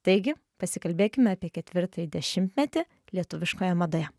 taigi pasikalbėkime apie ketvirtąjį dešimtmetį lietuviškoje madoje